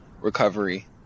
recovery